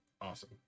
Awesome